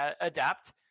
adapt